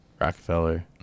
Rockefeller